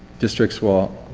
districts will,